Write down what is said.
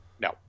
No